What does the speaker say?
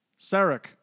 Sarek